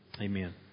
Amen